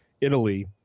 Italy